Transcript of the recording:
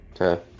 okay